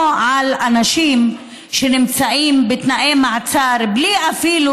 או אנשים שנמצאים בתנאי מעצר בלי אפילו